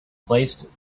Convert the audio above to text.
placed